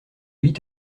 huit